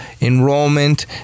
Enrollment